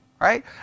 right